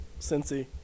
cincy